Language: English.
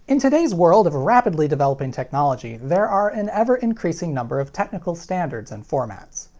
in today's world of rapidly developing technology, there are an ever-increasing number of technical standards and formats.